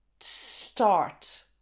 start